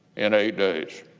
in eight days